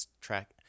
track